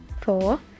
four